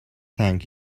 thank